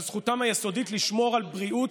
אבל זכותם היסודית לשמור על בריאות.